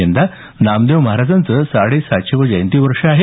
यंदा नामदेव महाराज यांचं साडेसातशेवं जयंती वर्ष आहे